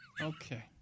Okay